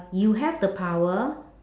you have the power